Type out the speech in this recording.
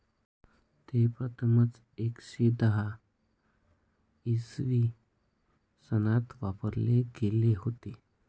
ते प्रथमच एकशे दहा इसवी सनात वापरले गेले होते